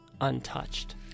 untouched